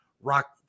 rock